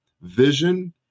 vision